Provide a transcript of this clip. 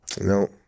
No